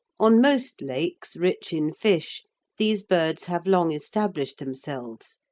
on most lakes rich in fish these birds have long established themselves,